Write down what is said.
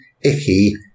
icky